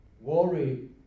worry